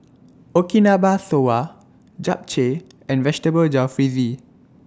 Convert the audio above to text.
Okinawa Soba Japchae and Vegetable Jalfrezi